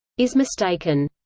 is mistaken.